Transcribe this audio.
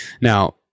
now